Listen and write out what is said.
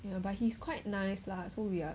you know but he's quite nice lah so we are